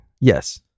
Yes